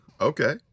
Okay